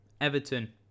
Everton